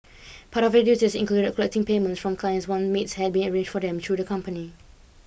part of her duties collecting payments from clients one maids had been arranged for them through the company